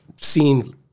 seen